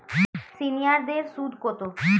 সিনিয়ারদের সুদ কত?